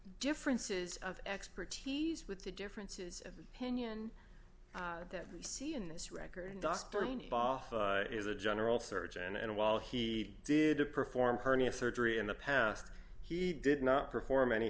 differences of expertise with the differences of opinion that we see in this record is a general surgeon and while he did a perform hernia surgery in the past he did not perform any